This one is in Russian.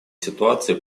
ситуации